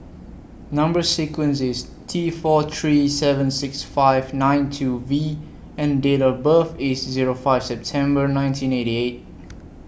Number sequence IS T four three seven six five nine two V and Date of birth IS Zero five September nineteen eighty eight